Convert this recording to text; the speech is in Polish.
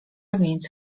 więc